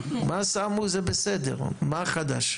מה שמו זה בסדר, מה חדש?